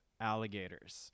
alligators